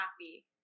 happy